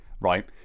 right